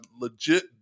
legit